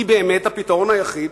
היא באמת הפתרון היחיד,